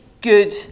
good